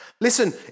Listen